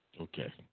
Okay